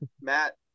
Matt